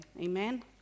Amen